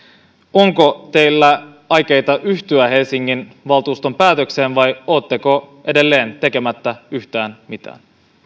onko teillä aikeita yhtyä helsingin valtuuston päätökseen vai oletteko edelleen tekemättä yhtään mitään